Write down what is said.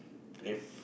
if